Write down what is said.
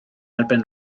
erbyn